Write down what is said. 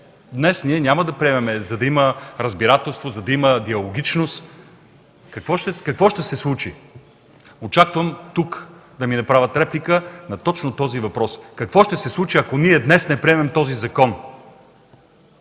днес ние няма да приемем, за да има разбирателство, за да има диалогичност, какво ще се случи? Очаквам тук да ми направят реплика точно на този въпрос: какво ще се случи, ако ние днес не приемем този закон?